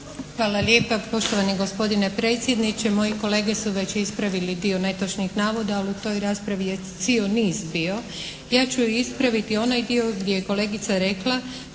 Hvala lijepa poštovani gospodine predsjedniče. Moji kolege su već ispravili dio netočnih navoda, ali u toj raspravi je cio niz bio. Ja ću ispraviti onaj dio gdje je kolegica rekla